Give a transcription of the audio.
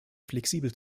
flexibel